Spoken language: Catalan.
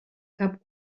cap